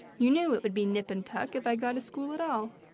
you knew it would be nip and tuck if i got a school at all.